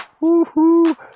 Woo-hoo